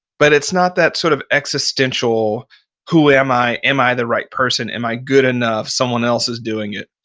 but it's not that sort of existential who am i? am i the right person? am i good enough? someone else is doing it.